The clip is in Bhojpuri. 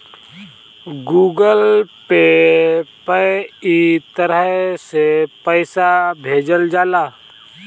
गूगल पे पअ इ तरह से पईसा भेजल जाला